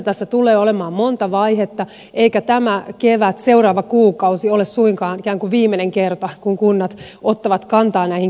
tässä tulee olemaan monta vaihetta eikä tämä kevät seuraava kuukausi ole suinkaan ikään kuin viimeinen kerta kun kunnat ottavat kantaa näihin kysymyksiin